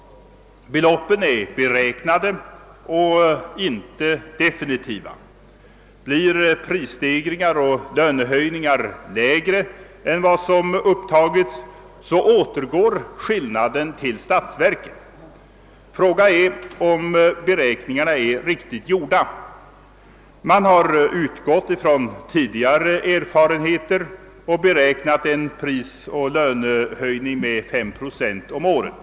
Beloppen är beräknade, inte definitiva. Blir prisoch lönestegringarna lägre än vad man räknat med återgår mellanskillnaden till statsverket. Frågan är om beräkningarna är riktigt gjorda. Man har utgått från tidigare erfarenheter och beräknat en prisoch lönehöjning med 5 procent om året.